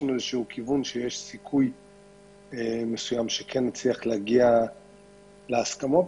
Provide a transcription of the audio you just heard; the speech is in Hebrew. כיוון ויש סיכוי נצליח להגיע להסכמות.